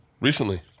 Recently